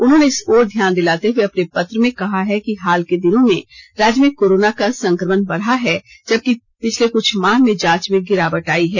उन्होंने इस ओर ध्यान दिलाते हुए अपने पत्र में कहा है कि हाल के दिनों में राज्य में कोरोना का संक्रमण बढ़ा है जबकि पिछले कुछ माह में जांच में गिरावट आई है